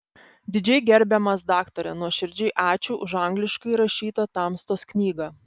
didžiai gerbiamas daktare nuoširdžiai ačiū už angliškai rašytą tamstos knygą